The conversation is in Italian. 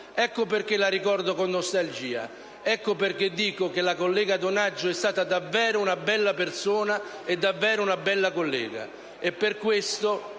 Ecco perché la ricordo con nostalgia; ecco perché dico che la collega Donaggio è stata davvero una bella persona e davvero una bella collega.